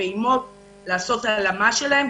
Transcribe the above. גם לעשות הלאמה שלהם בפעימות,